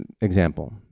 example